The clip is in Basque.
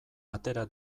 atera